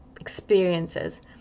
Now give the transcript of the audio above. experiences